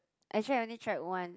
actually I only tried one